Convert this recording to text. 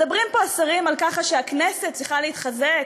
מדברים פה השרים על כך שהכנסת צריכה להתחזק,